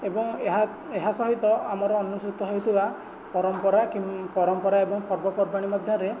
ଏବଂ ଏହା ଏହା ସହିତ ଆମର ଅନୁଶୃତ ହେଉଥିବା ପରମ୍ପରା ପରମ୍ପରା ଏବଂ ପର୍ବପର୍ବାଣି ମଧ୍ୟରେ